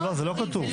זה לא כתוב.